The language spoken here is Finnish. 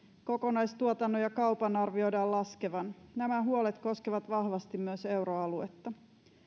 kokonaistuotannon ja kaupan arvioidaan laskevan nämä huolet koskevat vahvasti myös euroaluetta